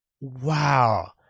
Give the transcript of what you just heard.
Wow